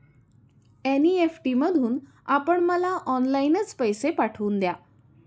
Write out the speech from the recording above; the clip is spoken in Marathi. एन.ई.एफ.टी मधून आपण मला ऑनलाईनच पैसे पाठवून द्या